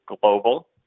global